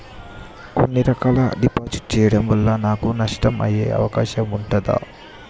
కొన్ని రకాల డిపాజిట్ చెయ్యడం వల్ల నాకు నష్టం అయ్యే అవకాశం ఉంటదా?